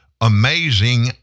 amazing